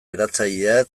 eratzaileak